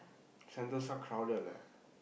Sentosa crowded leh